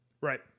right